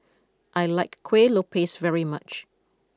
I like Kuih Lopes very much